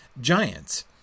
giants